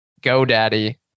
GoDaddy